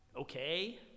okay